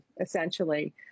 essentially